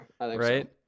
right